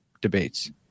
debates